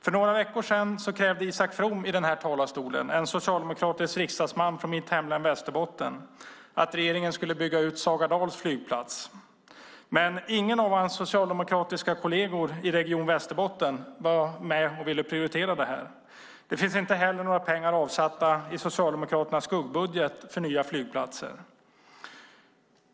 För några veckor sedan krävde Isak From, en socialdemokratisk riksdagsman från mitt hemlän Västerbotten, i den här talarstolen att regeringen skulle bygga ut Sagadals flygplats. Men ingen av hans socialdemokratiska kolleger i region Västerbotten ville prioritera det. Det finns inte heller några pengar avsatta för nya flygplatser i Socialdemokraternas skuggbudget.